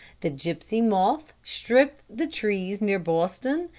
the gypsy moth stripped the trees near boston,